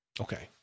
Okay